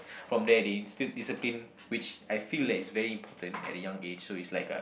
from there they instilled discipline which I feel like it's very important at a young age so it's like uh